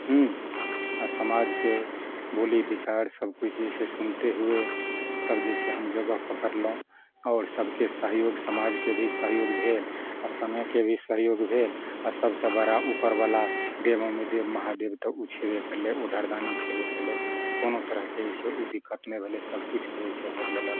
हूँ आ समाजके बोली बिचार सब किछु जे छै सुनते हुए तब जे छै हम जगह पकड़लहुँ आओर सबके सहयोग समाजके भी सहयोग भेल आ समयके भी सहयोग भेल आ सबसे बड़ा उपरबला देबोमे देब महादेब तऽ ओ छेबे करलै ओढरदानी छेबे कयलै कोनो तरहके जे छै ओ दिक्कत नहि भेलै सब किछु जे छै हरि लेलक